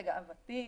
לגאוותי,